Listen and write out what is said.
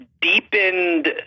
deepened